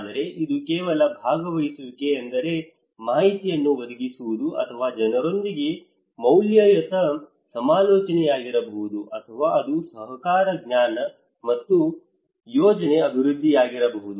ಆದರೆ ಇದು ಕೇವಲ ಭಾಗವಹಿಸುವಿಕೆ ಎಂದರೆ ಮಾಹಿತಿಯನ್ನು ಒದಗಿಸುವುದು ಅಥವಾ ಜನರೊಂದಿಗೆ ಮೌಲ್ಯಯುತ ಸಮಾಲೋಚನೆಯಾಗಿರಬಹುದು ಅಥವಾ ಅದು ಸಹಕಾರ ಜ್ಞಾನ ಅಥವಾ ಯೋಜನೆ ಅಭಿವೃದ್ಧಿಯಾಗಿರಬಹುದು